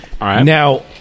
Now